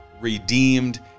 redeemed